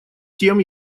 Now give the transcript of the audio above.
тем